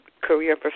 career